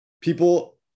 people